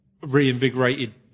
reinvigorated